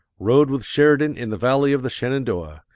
rode with sheridan in the valley of the shenandoah,